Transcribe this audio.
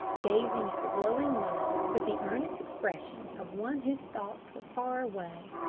gazing at the glowing logs with the earnest expression of one whose thoughts were far away.